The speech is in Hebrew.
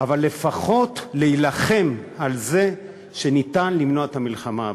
או לפחות להילחם על זה שניתן למנוע את המלחמה הבאה.